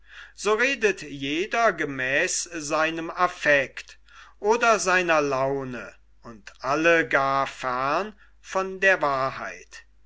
so redet jeder gemäß seinem affekt oder seiner laune und alle gar fern von der wahrheit